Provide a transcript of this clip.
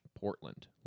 Portland